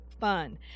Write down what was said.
fun